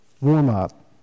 warm-up